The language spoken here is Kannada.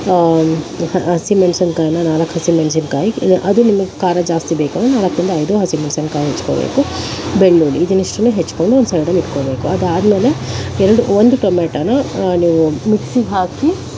ಹಸಿ ಮೆಣಸಿನಕಾಯನ್ನ ನಾಲ್ಕು ಹಸಿ ಮೆಣಸಿನಕಾಯಿ ಅದೂ ನಿಮಗೆ ಖಾರ ಜಾಸ್ತಿ ಬೇಕೆಂದರೆ ನಾಲ್ಕರಿಂದ ಐದು ಹಸಿ ಮೆಣಸಿನಕಾಯಿ ಹೆಚ್ಕೋಬೇಕು ಬೆಳ್ಳುಳ್ಳಿ ಇದನ್ನಿಷ್ಟನ್ನು ಹೆಚ್ಕೊಂಡು ಒಂದು ಸೈಡಲ್ಲಿಟ್ಕೋಬೇಕು ಅದಾದಮೇಲೆ ಎರಡು ಒಂದು ಟೊಮೆಟೊನ ನೀವು ಮಿಕ್ಸಿಗೆ ಹಾಕಿ